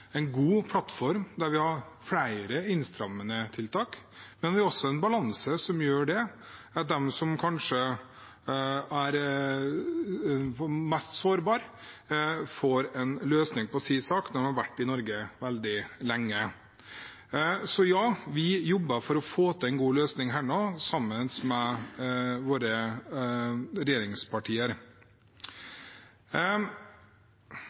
en god plattform der vi har flere innstrammende tiltak, men vi har også en balanse, som gjør at de som kanskje er mest sårbare, får en løsning på sin sak når de har vært i Norge veldig lenge. Så ja, vi jobber for å få til en god løsning på dette, sammen med våre